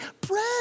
bread